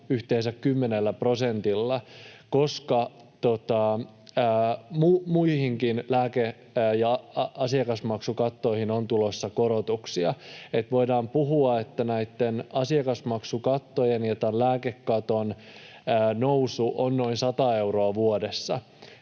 kymmenellä prosentilla, koska muihinkin asiakasmaksukattoihin on tulossa korotuksia. Voidaan puhua, että näitten asiakasmaksukattojen ja tämän lääkekaton nousu on noin 100 euroa vuodessa,